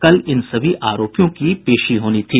कल इन सभी आरोपियों की पेशी होनी थी